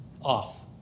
off